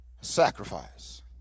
Sacrifice